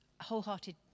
wholehearted